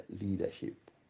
leadership